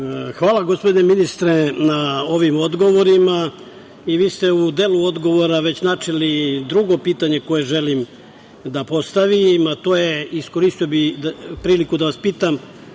Hvala, gospodine ministre, na ovim odgovorima i vi ste u delu odgovora već načeli drugo pitanje koje želim da postavim, a iskoristio bih priliku da vas pitam